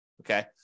Okay